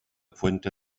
fuente